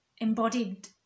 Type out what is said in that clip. embodied